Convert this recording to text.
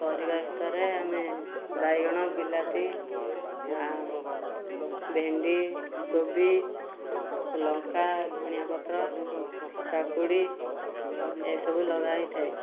ପରିବା ଭିତରେ ଆମେ ବାଇଗଣ ବିଲାତି ଆଉ ଭେଣ୍ଡି କୋବି ଲଙ୍କା ଧଣିଆ ପତ୍ର କାକୁଡ଼ି ଏ ସବୁ ଲଗା ହୋଇଥାଏ